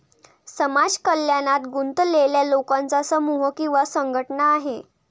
समाज कल्याणात गुंतलेल्या लोकांचा समूह किंवा संघटना आहे